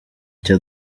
icyo